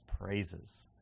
praises